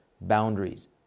boundaries